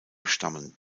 stammen